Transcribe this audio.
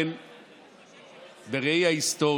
יעלה ויבוא חבר הכנסת עודד